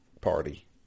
party